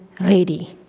ready